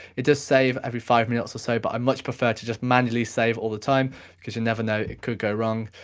it does save every five minutes or so but i much prefer to just manually save all the time cause you never know, it could go wrong.